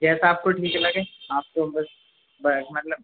جیسا آپ کو ٹھیک لگے آپ کو بس مطلب